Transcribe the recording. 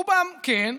רובם כן,